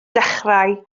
dechrau